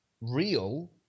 Real